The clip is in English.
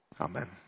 Amen